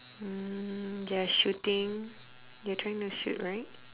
mm they're shooting they are trying to shoot right